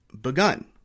begun